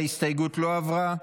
ההסתייגות לא עברה.